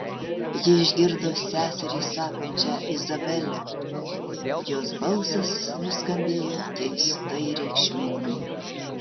ji išgirdo seserį sakančią izabele jos balsas nuskambėjo keistai reikšmingai